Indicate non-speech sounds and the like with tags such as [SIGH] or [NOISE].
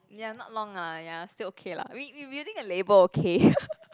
ya not long lah ya still okay lah we we willing a labor okay [LAUGHS]